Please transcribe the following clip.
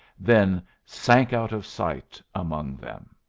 then sank out of sight among them.